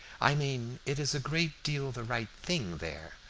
i mean, it is a great deal the right thing there.